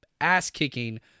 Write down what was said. ass-kicking